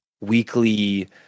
weekly